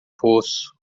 poço